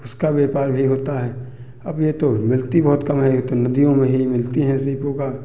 उसका व्यापार भी होता है अब ये तो मिलती बहुत कम हैं ये तो नदियों में ही मिलती हैं सीपों का